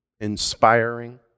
inspiring